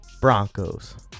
broncos